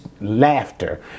laughter